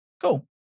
Cool